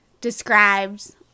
describes